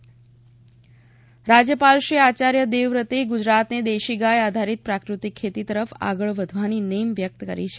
રાજ્યપાલ આચાર્ય દેવવ્રત રાજ્યપાલ શ્રી આચાર્ય દેવવ્રતે ગુજરાતને દેશી ગાય આધારિત પ્રાકૃતિક ખેતી તરફ આગળ વધારવાની નેમ વ્યક્ત કરી છે